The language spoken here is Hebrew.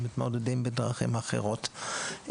מתמודדים בדרכים אחרות.